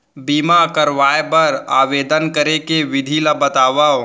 बीमा करवाय बर आवेदन करे के विधि ल बतावव?